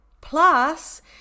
Plus